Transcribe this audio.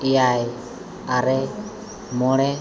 ᱮᱭᱟᱭ ᱟᱨᱮ ᱢᱚᱬᱮ